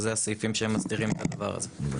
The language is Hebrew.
אז זה הסעיפים המסדירים את הדבר הזה.